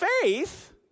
faith